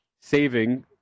saving